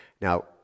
Now